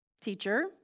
Teacher